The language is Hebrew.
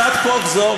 הצעת חוק זו,